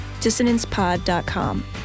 dissonancepod.com